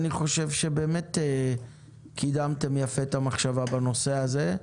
אני חושב שקידמתם יפה את המחשבה בנושא הזה.